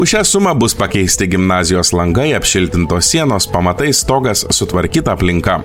už šią sumą bus pakeisti gimnazijos langai apšiltintos sienos pamatai stogas sutvarkyta aplinka